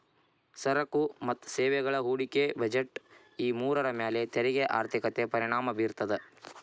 ಸರಕು ಮತ್ತ ಸೇವೆಗಳ ಹೂಡಿಕೆ ಬಜೆಟ್ ಈ ಮೂರರ ಮ್ಯಾಲೆ ತೆರಿಗೆ ಆರ್ಥಿಕತೆ ಪರಿಣಾಮ ಬೇರ್ತದ